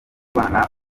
bana